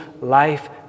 life